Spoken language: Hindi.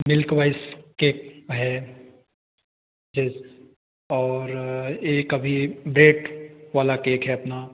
मिल्क वाइस केक है केक और एक अभी ब्रेड वाला केक है अपना